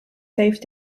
safe